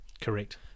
Correct